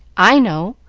i know!